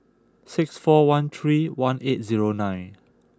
six four one three one eight zero nine